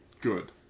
Good